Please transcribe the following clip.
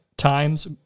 Times